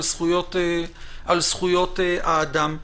על זכויות האדם.